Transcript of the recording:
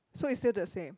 so it's still the same